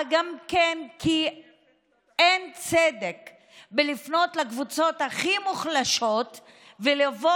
להעלאה גם כי אין צדק לפנות לקבוצות הכי מוחלשות ולבוא